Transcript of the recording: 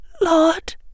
lord